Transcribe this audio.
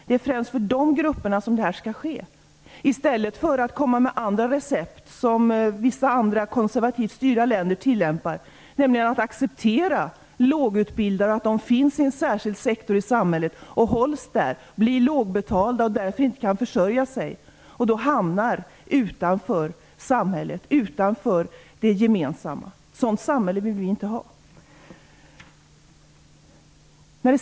Det är främst för dessa grupper detta skall ske. Regeringen gör detta i stället för att komma med andra recept, som vissa andra konservativt styrda länder tillämpar, där man accepterar att det finns lågutbildade. Man sätter dem i en särskild sektor i samhället och räknar med att de hålls där. De blir lågbetalda, de kan inte försörja sig och de hamnar utanför samhället och utanför det gemensamma. Ett sådant samhälle vill vi inte ha.